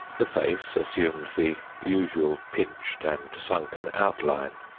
the face assumed the usual pinched and sunken outline.